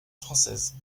française